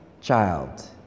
child